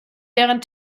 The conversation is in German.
deren